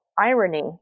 irony